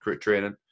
training